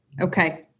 Okay